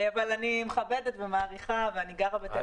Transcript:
אבל אני מכבדת ומעריכה ואני גרה בתל-אביב.